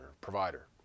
provider